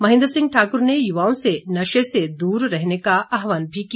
महेंद्र सिंह ठाकुर ने युवाओं से नशे से दूर रहने का आहवान भी किया